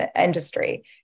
industry